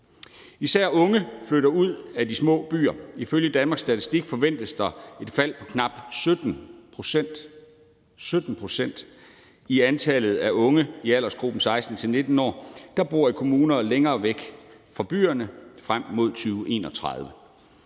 Især unge flytter ud af de små byer. Ifølge Danmarks Statistik forventes der et fald på knap 17 pct. – 17 ptc. – i antallet af unge i aldersgruppen 16-19 år, der bor i kommuner længere væk fra byerne, frem mod 2031.